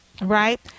right